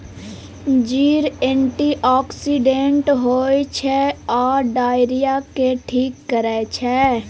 जीर एंटीआक्सिडेंट होइ छै आ डायरिया केँ ठीक करै छै